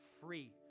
free